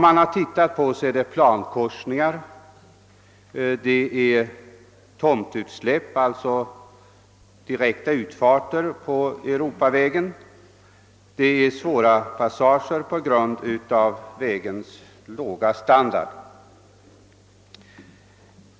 Man har undersökt förekomsten av plankorsningar, tomtutsläpp — alltså direkta utfarter på Europaväg 6 — och svåra passager på grund av vägens låga standard.